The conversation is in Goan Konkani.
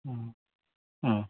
आं